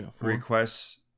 requests